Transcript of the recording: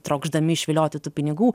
trokšdami išvilioti tų pinigų